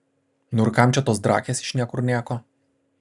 nu ir kam čia tos drakės iš niekur nieko